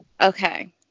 Okay